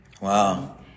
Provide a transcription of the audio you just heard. Wow